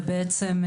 ובעצם,